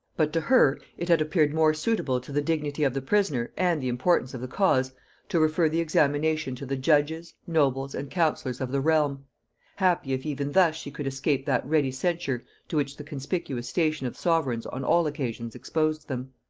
but to her it had appeared more suitable to the dignity of the prisoner and the importance of the cause to refer the examination to the judges, nobles, and counsellors of the realm happy if even thus she could escape that ready censure to which the conspicuous station of sovereigns on all occasions exposed them.